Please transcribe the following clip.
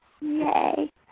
Yay